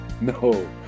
No